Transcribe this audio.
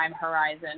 horizon